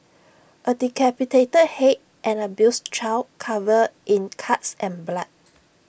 A decapitated Head an abused child covered in cuts and blood